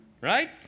Right